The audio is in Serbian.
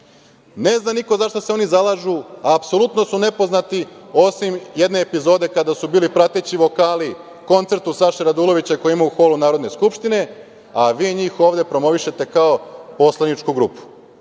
ne zna niko za šta se oni zalažu, apsolutno su nepoznati, osim jedne epizode kada su bili prateći vokali koncertu Saše Radulovića koji je imao u holu Narodne skupštine, a vi njih ovde promovišete kao poslaničku grupu. To